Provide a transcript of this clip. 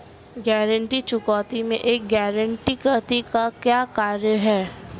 ऋण चुकौती में एक गारंटीकर्ता का क्या कार्य है?